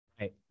Right